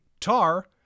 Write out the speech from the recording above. Tar